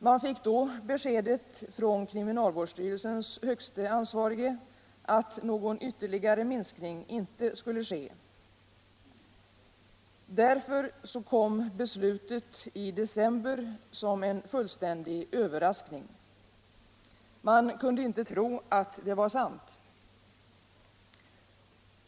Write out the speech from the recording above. Man fick då beskedet från kriminalvårdsstyrelsens högste ansvarige att någon ytterligare minskning inte skulle ske. Därför kom beslutet i december som en fullständig överraskning. Man kunde inte tro att det var sant.